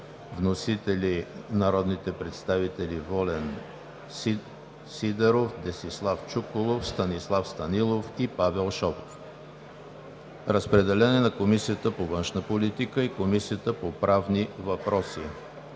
Внесен е от народните представители Волен Сидеров, Десислав Чуколов, Станислав Станилов и Павел Шопов. Разпределен е на Комисията по външна политика, и Комисията по правни въпроси.